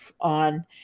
on